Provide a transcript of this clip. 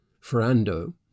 Ferrando